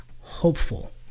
hopeful